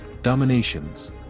Dominations